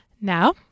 Now